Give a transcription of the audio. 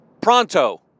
pronto